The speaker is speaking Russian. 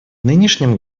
нынешнем